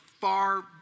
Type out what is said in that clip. far